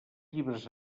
llibres